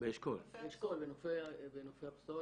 באשכול, "בנופי הבשור".